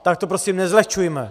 Tak to prostě nezlehčujme.